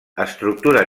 estructura